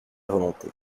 volonté